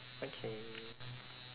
okay